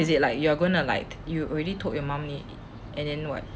like you are gonna like you already told your mum and then what